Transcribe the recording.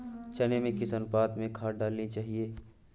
चने में किस अनुपात में खाद डालनी चाहिए?